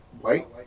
White